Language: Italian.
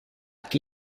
chi